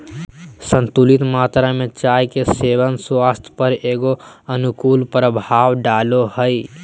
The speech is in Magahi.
संतुलित मात्रा में चाय के सेवन स्वास्थ्य पर एगो अनुकूल प्रभाव डालो हइ